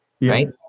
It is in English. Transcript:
right